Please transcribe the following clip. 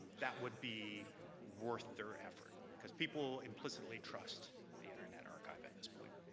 that would be worth their effort because people implicitly trust the internet archive at this point.